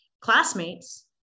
classmates